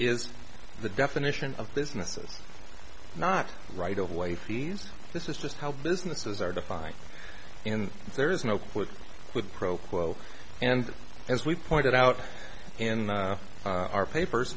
is the definition of businesses not right away fees this is just how businesses are defined in there is no put up with pro quo and as we pointed out in our papers